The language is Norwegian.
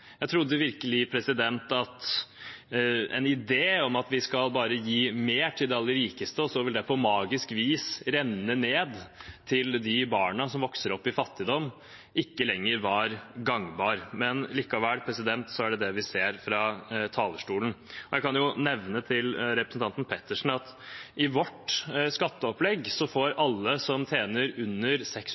Jeg trodde virkelig at den type voodoo-økonomi for lengst var begravd. Jeg trodde at ideen om at bare vi gir mer til de aller rikeste så vil det på magisk vis renne ned til de barna som vokser opp i fattigdom, ikke lenger var gangbar. Men likevel er det det vi hører fra talerstolen. Jeg kan nevne for representanten Pettersen at i vårt skatteopplegg får alle som tjener under